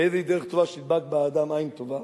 ואיזוהי דרך טובה שידבק בה האדם, עין טובה,